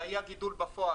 והיה גידול בפועל.